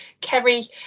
Kerry